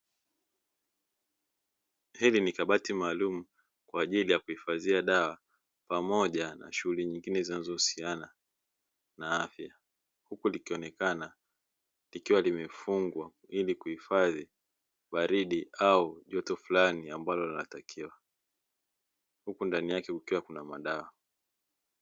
Hili ni kabati maalumu kwaajili ya kuhifadhiwa dawa pamoja na shughuli nyingine zinazohusiana na afya huku likionekana likiwa limefungwa ili kuhifadhi baridi au joto fulani ambalo linatakiwa huku ndani yake kukiwa na madawa.